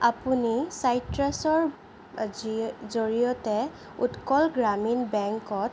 আপুনি চাইট্ৰাছৰ জৰিয়তে উৎকল গ্ৰামীণ বেংকত